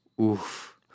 oof